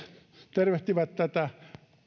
tervehtivät tätä